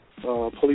police